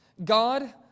God